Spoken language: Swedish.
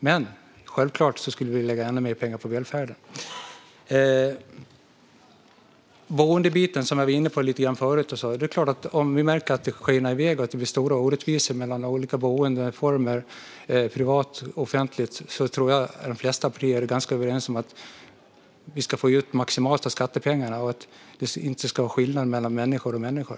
Men självklart skulle vi vilja lägga ännu mer pengar på välfärden. När det gäller boendebiten som jag var inne på förut är det klart att om vi märker att det skenar iväg och blir stora orättvisor mellan olika boendeformer, privata och offentliga, tror jag att de flesta partier är ganska överens om att vi ska få ut maximalt av skattepengarna och att det inte ska göras skillnad på människor och människor.